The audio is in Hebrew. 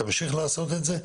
תמשיך לעשות את זה,